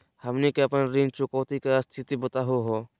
हमनी के अपन ऋण चुकौती के स्थिति बताहु हो?